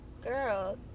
Girl